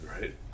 right